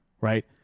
right